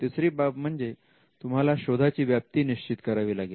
तिसरी बाब म्हणजे तुम्हाला शोधाची व्याप्ती निश्चित करावी लागते